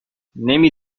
نمی